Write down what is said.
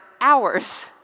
hours